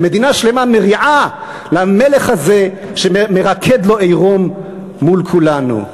ומדינה שלמה מריעה למלך הזה שמרקד לו עירום מול כולנו.